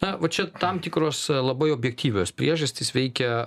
na va čia tam tikros labai objektyvios priežastys veikia